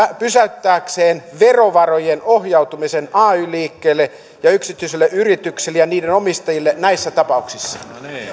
pysäyttääkseen verovarojen ohjautumisen ay liikkeelle ja yksityisille yrityksille ja niiden omistajille näissä tapauksissa